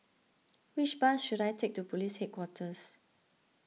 which bus should I take to Police Headquarters